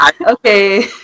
Okay